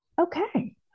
Okay